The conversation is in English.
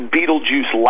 Beetlejuice